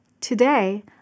Today